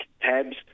tabs